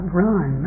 run